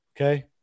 Okay